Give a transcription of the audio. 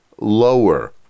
lower